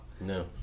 No